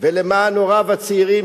ולמען הוריו הצעירים,